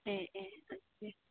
ꯑꯦ ꯑꯦ ꯑꯗꯨꯗꯤ